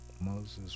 Moses